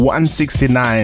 169